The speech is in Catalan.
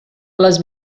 les